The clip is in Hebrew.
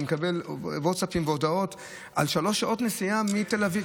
אני מקבל ווטסאפים והודעות על שלוש שעות נסיעה מתל אביב,